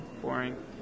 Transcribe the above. boring